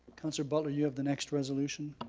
councillor butler, you have the next resolution.